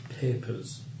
papers